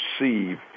receive